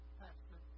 pastor